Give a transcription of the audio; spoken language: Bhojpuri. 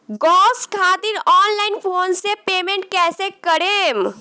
गॅस खातिर ऑनलाइन फोन से पेमेंट कैसे करेम?